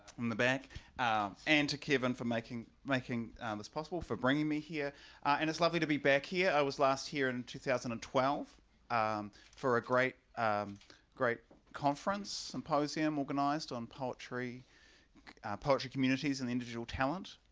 in the back and to kevin for making making this possible, for bringing me here and it's lovely to be back here. i was last here in two thousand and twelve um for a great um great conference symposium organized on poetry poetry communities in the individual talent